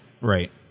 right